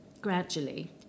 gradually